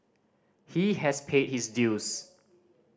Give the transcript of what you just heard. he has paid his dues